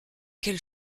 quels